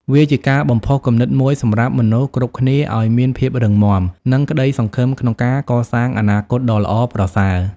វាជាការបំផុសគំនិតមួយសម្រាប់មនុស្សគ្រប់គ្នាឲ្យមានភាពរឹងមាំ និងក្ដីសង្ឃឹមក្នុងការកសាងអនាគតដ៏ល្អប្រសើរ។